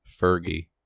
Fergie